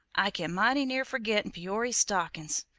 i came mighty near forgettin' peory's stockin's!